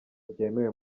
byemewe